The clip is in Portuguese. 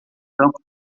campo